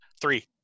Three